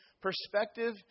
perspective